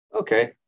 Okay